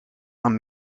aan